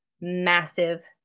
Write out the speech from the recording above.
massive